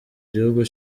gihugu